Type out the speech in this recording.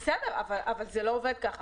בסדר, אבל זה לא עובד ככה.